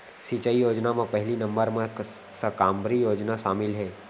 सिंचई योजना म पहिली नंबर म साकम्बरी योजना सामिल हे